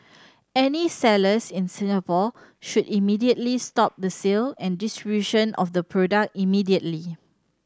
any sellers in Singapore should immediately stop the sale and distribution of the product immediately